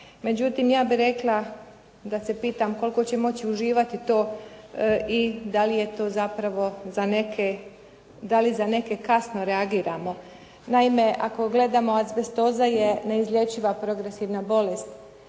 Međutim, ja bih rekla da se pitam koliko će moći uživati to i da li je to zapravo za neke, da li za neke kasno reagiramo. Naime, ako gledamo azbestoza je neizlječiva progresivna bolest,